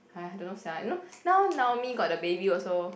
!aiya! don't know sia you know now Naomi got the baby also